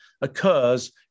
occurs